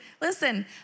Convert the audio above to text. Listen